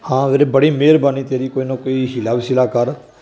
ਹਾਂ ਵੀਰੇ ਬੜੀ ਮਿਹਰਬਾਨੀ ਤੇਰੀ ਕੋਈ ਨਾ ਕੋਈ ਹੀਲਾ ਵਸੀਲਾ ਕਰ